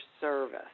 service